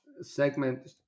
segment